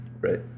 Right